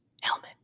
helmet